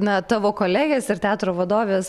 na tavo kolegės ir teatro vadovės